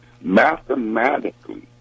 mathematically